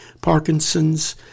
Parkinson's